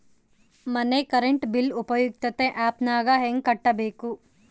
ಮನೆ current bill ಉಪಯುಕ್ತತೆ app ನಾಗ ಹೆಂಗ ಕಟ್ಟಬೇಕು?